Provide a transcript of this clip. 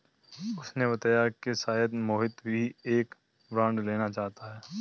उसने बताया कि शायद मोहित भी एक बॉन्ड लेना चाहता है